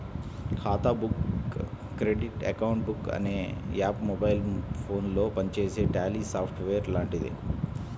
ఖాతా book credit account book అనే app mobile ఫోనులో పనిచేసే ట్యాలీ సాఫ్ట్ వేర్ లాంటిది